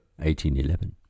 1811